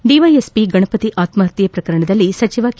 DYSP Ganapati ಆತ್ತಪತ್ತೆ ಪ್ರಕರಣದಲ್ಲಿ ಸಚವ ಕೆ